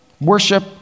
Worship